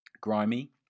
grimy